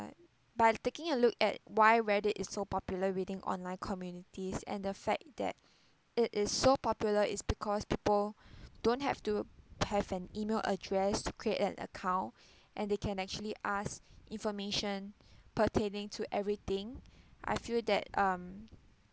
but by taking a look at why where there is so popular reading online communities and the fact that it is so popular is because people don't have to have an email address to create an account and they can actually ask information pertaining to everything I feel that um